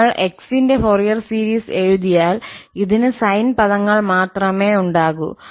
നമ്മൾ 𝑥 ന്റെ Fourier series എഴുതിയാൽ ഇതിന് സൈൻ പദങ്ങൾ മാത്രമേ ഉണ്ടാകൂ